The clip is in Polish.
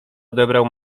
odebrał